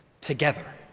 together